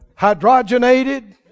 hydrogenated